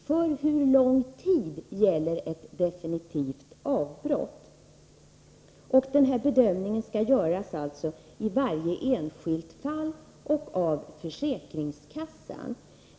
För hur lång tid gäller ett definitivt avbrott? Denna bedömning skall göras av försäkringskassan i varje enskilt fall.